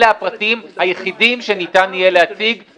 אלה הפרטים היחידים שניתן יהיה להציג